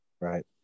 Right